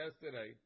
yesterday